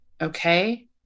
okay